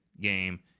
game